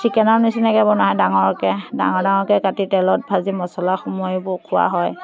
চিকেনৰ নিচিনাকৈ বনাওঁ ডাঙৰকৈ ডাঙৰ ডাঙৰকৈ কাটি তেলত ভাজি মছলা সুমুৱাই খোৱা হয়